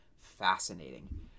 fascinating